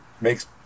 makes